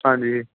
ਹਾਂਜੀ ਜੀ